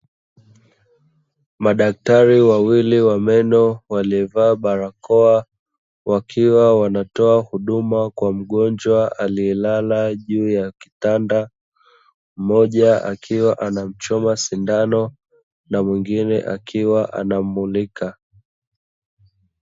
Madaktari wawili wa meno waliovaa barakoa, wakiwa wanatoa huduma kwa mgonjwa, aliyelala juu ya kitanda mmoja akiwa anamchoma sindano na mwingine akiwa anammulika.